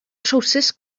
trowsus